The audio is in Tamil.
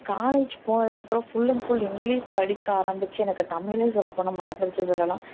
காலேஜ் போனதுக்கு அப்புறம் ஃபுல் அண்ட் ஃபுல் இங்கிலிஷ் படிக்க ஆரம்பித்து எனக்கு தமிழே சொல்லப்போனால் மறந்துடுச்சு சொல்லலாம்